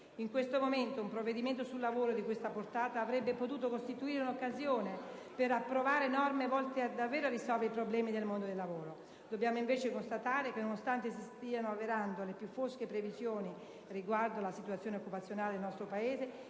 In questo momento, un provvedimento sul lavoro di questa portata avrebbe potuto costituire un'occasione per approvare norme volte a risolvere davvero i problemi del mondo del lavoro. Dobbiamo invece constatare che, nonostante si stiano avverando le più fosche previsioni riguardo alla situazione occupazionale del nostro Paese,